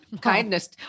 kindness